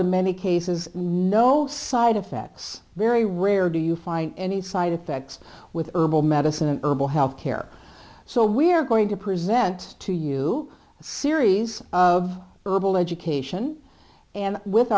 in many cases no side effects very rare do you find any side effects with herbal medicine an herbal health care so we are going to present to you series of herbal education and with